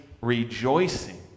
rejoicing